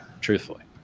truthfully